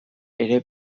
ere